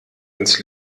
ins